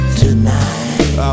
tonight